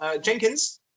Jenkins